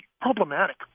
problematic